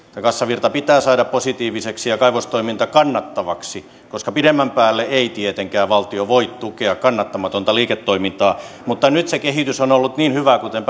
kassavirta pitää saada positiiviseksi ja kaivostoiminta kannattavaksi koska pidemmän päälle ei tietenkään valtio voi tukea kannattamatonta liiketoimintaa mutta kun nyt se kehitys on ollut niin hyvää kuten